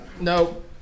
No